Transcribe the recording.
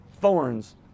thorns